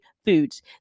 Foods